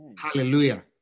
Hallelujah